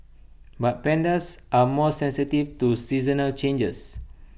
but pandas are more sensitive to seasonal changes